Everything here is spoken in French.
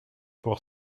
pour